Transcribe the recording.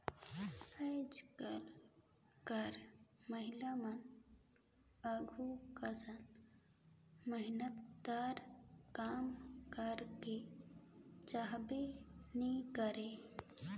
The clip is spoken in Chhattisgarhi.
आएज काएल कर महिलामन आघु कस मेहनतदार काम करेक चाहबे नी करे